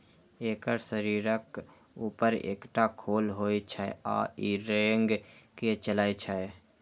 एकर शरीरक ऊपर एकटा खोल होइ छै आ ई रेंग के चलै छै